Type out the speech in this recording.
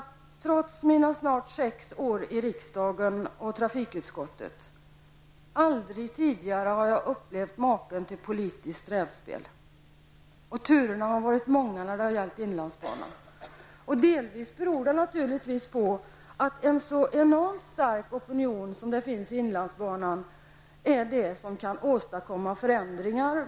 Trots mina sex år i riksdagen och trafikutskottet har jag aldrig tidigare mött maken till politiskt rävspel. Turerna har varit många när det gäller inlandsbanan. Delvis beror detta naturligtvis på en så enormt stark opinion som det finns för inlandsbanan för att åstadkomma förändringar.